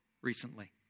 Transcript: recently